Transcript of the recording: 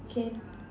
K